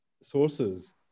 sources